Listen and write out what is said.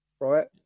right